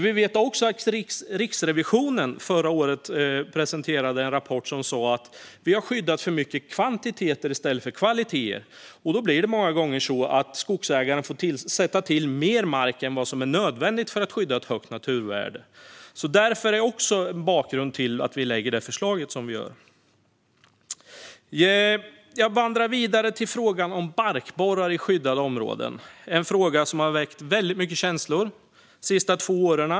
Vi vet också att Riksrevisionen förra året presenterade en rapport som sa att vi i för hög grad har skyddat kvantiteter i stället för kvaliteter, och då blir det många gånger så att skogsägaren får sätta till mer mark än vad som är nödvändigt för att skydda ett högt naturvärde. Det är också en del av bakgrunden till att vi lägger fram det förslag som vi gör. Jag vandrar vidare till frågan om barkborrar i skyddade områden. Det är en fråga som har väckt väldigt mycket känslor under de sista två åren.